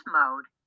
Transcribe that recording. mode